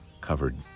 covered